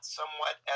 somewhat